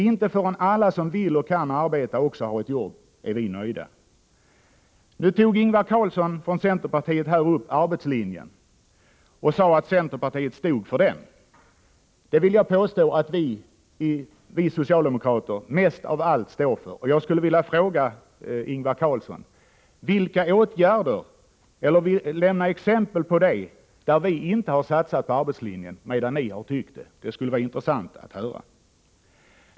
Inte förrän alla som vill och kan arbeta också har ett jobb är vi nöjda. Ingvar Karlsson i Bengtsfors från centerpartiet tog upp arbetslinjen och sade att centerpartiet stod för denna linje. Jag vill påstå att det är vi socialdemokrater som mest av allt står för den. Jag skulle vilja be Ingvar Karlsson att lämna exempel på tillfällen då vi inte satsat på arbetslinjen, medan ni ansett att ni gjort det. Det skulle vara intressant att höra.